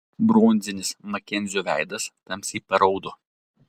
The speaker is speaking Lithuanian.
bronzinis makenzio veidas tamsiai paraudo